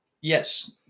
Yes